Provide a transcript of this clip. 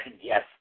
Yes